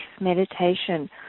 meditation